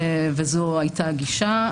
וזו הייתה הגישה.